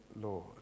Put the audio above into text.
Lord